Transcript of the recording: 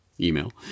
email